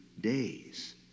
days